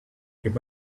your